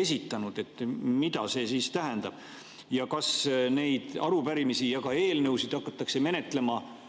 esitanud. Mida see siis nüüd tähendab? Ja kas neid arupärimisi ja ka eelnõusid hakatakse menetlema